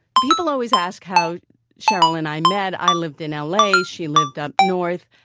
people always ask how sheryl and i met. i lived in l a. she lived up north,